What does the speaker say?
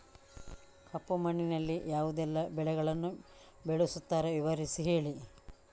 ಕಪ್ಪು ಮಣ್ಣಿನಲ್ಲಿ ಯಾವುದೆಲ್ಲ ಬೆಳೆಗಳನ್ನು ಬೆಳೆಸುತ್ತಾರೆ ವಿವರಿಸಿ ಹೇಳಿ